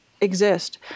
exist